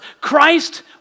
Christ